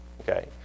Okay